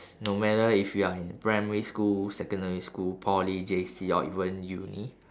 no matter if you are in primary school secondary school poly J_C or even uni